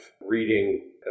reading